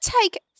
take